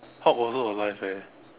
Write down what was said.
Hulk also alive eh